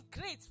great